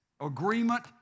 Agreement